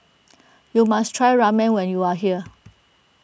you must try Ramen when you are here